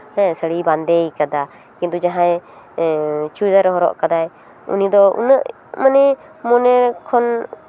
ᱦᱮᱸ ᱥᱟᱹᱲᱤᱭ ᱵᱟᱸᱫᱮ ᱠᱟᱫᱟ ᱠᱤᱱᱛᱩ ᱡᱟᱦᱟᱸᱭ ᱪᱩᱲᱤᱫᱟᱨ ᱦᱚᱨᱚᱜ ᱠᱟᱫᱟᱭ ᱩᱱᱤᱫᱚ ᱩᱱᱟᱹᱜ ᱢᱟᱱᱮ ᱢᱚᱱᱮ ᱠᱷᱚᱱ